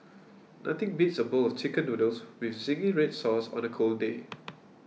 nothing beats a bowl of Chicken Noodles with Zingy Red Sauce on a cold day